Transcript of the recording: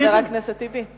חבר הכנסת טיבי.